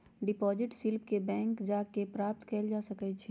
deposit slip के bank जा कऽ प्राप्त कएल जा सकइ छइ